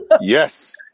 yes